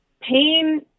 pain